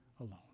alone